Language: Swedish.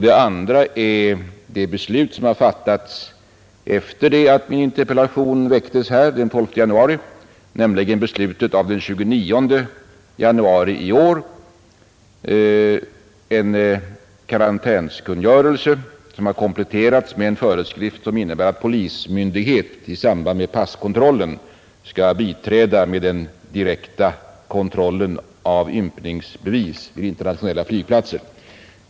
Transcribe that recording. Den andra är ett beslut som har fattats efter det att min interpellation framställdes den 12 januari, nämligen beslutet av den 29 januari i år om att karantänskungörelsen kompletteras med en föreskrift, som innebär att polismyndighet i samband med passkontrollen skall biträda med den direkta kontrollen av ympningsbevis vid internationella flygplatser.